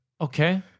Okay